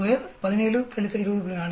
42 17 20